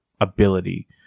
ability